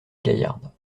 gaillarde